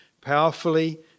powerfully